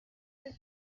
the